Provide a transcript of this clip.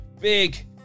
Big